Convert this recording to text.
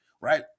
right